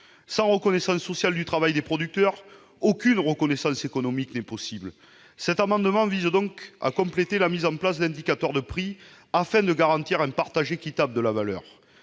Sans reconnaissance sociale du travail des producteurs, aucune reconnaissance économique n'est possible ! Cet amendement vise donc à compléter la mise en place d'indicateurs de prix, afin de garantir un partage équitable de la valeur.